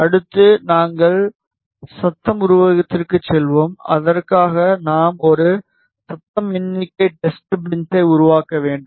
அடுத்து நாங்கள் சத்தம் உருவத்திற்கு செல்வோம் அதற்காக நாம் ஒரு சத்தம் எண்ணிக்கை டெஸ்ட்பெஞ்சை உருவாக்க வேண்டும்